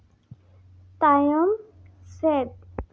ᱛᱟᱭᱚᱢ ᱥᱮᱫ